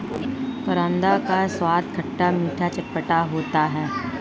करौंदा का स्वाद खट्टा मीठा चटपटा होता है